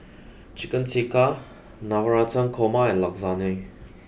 Chicken Tikka Navratan Korma and Lasagne